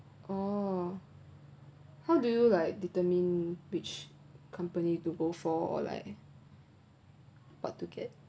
oh how do you like determine which company to go for like what to get